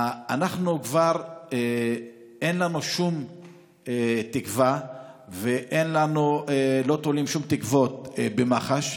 כבר אין לנו שום תקווה ואנחנו לא תולים שום תקוות במח"ש,